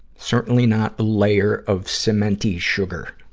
certainly not a layer of cementy sugar.